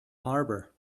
harbor